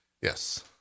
yes